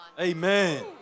Amen